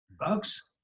bugs